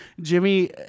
Jimmy